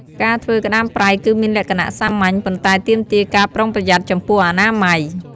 ការធ្វើក្ដាមប្រៃគឺមានលក្ខណៈសាមញ្ញ ប៉ុន្តែទាមទារការប្រុងប្រយ័ត្នចំពោះអនាម័យ។